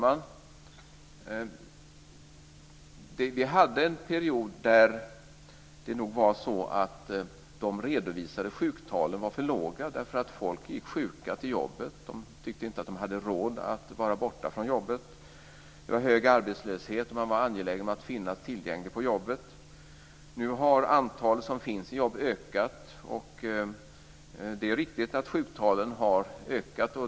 Fru talman! Vi hade en period då de redovisade sjuktalen nog var för låga därför att människor gick sjuka till jobbet. De tyckte inte att de hade råd att vara borta från jobbet. Det var en hög arbetslöshet, och man var angelägen om att finnas tillgänglig på jobbet. Nu har det antal som finns i jobb ökat. Det är riktigt att sjuktalen har ökat.